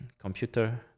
computer